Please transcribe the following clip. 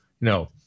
no